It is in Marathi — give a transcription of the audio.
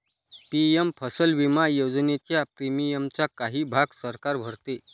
पी.एम फसल विमा योजनेच्या प्रीमियमचा काही भाग सरकार भरते